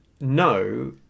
no